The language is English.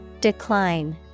Decline